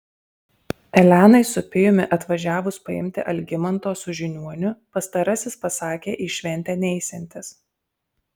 elenai su pijumi atvažiavus paimti algimanto su žiniuoniu pastarasis pasakė į šventę neisiantis